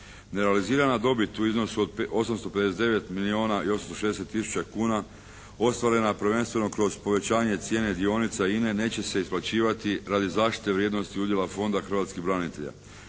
Nerealizirana dobit u iznosu od 859 milijuna i 860 tisuća kuna ostvarena prvenstveno kroz povećanje cijene dionica INA-e neće se isplaćivati radi zaštite vrijednosti udjela Fonda hrvatskih branitelja.